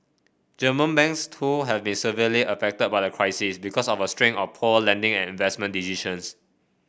German banks too have been severely affected by the crisis because of a string of poor lending and investment decisions